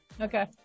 Okay